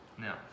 Now